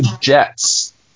jets